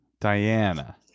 diana